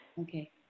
Okay